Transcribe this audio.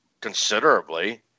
considerably